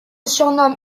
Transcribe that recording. surnomme